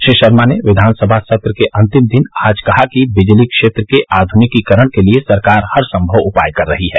श्री शर्मा ने विघानसभा सत्र के अन्तिम दिन आज कहा कि विजली क्षेत्र के आधुनिकीकरण के लिये सरकार हर सम्मव उपाय कर रही है